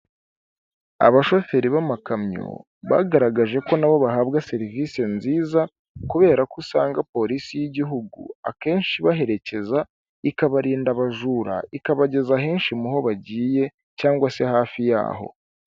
Abashoferi b'amakamyo bagaragaje ko nabo bahabwa serivise nziza, kubera ko usanga polisi y'igihugu akenshi ibaherekeza, ikabarinda abajura, ikabageza henshi mu ho bagiye, cyangwa se hafi yaho.